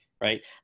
right